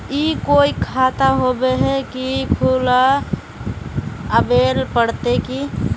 ई कोई खाता होबे है की खुला आबेल पड़ते की?